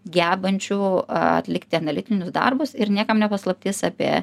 gebančių atlikti analitinius darbus ir niekam ne paslaptis apie